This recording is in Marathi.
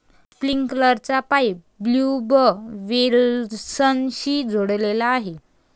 स्प्रिंकलर पाईप ट्यूबवेल्सशी जोडलेले आहे